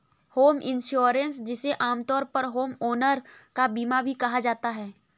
home insurance जिसे आमतौर पर होमओनर का बीमा भी कहा जाता है